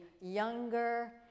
younger